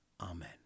Amen